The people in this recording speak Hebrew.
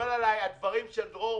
ומקובלים עליי הדברים של דרור,